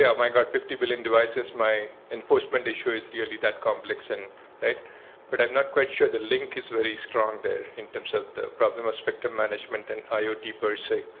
my god, fifty billion devices. my enforcement issue is really that complex. and but i am not quite sure the link is very strong there in terms of the problem of spectrum management and iod, per se.